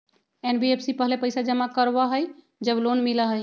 NBFC पहले पईसा जमा करवहई जब लोन मिलहई?